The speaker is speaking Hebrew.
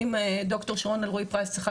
אם דוקטור שרון אלרעי פרייס צריכה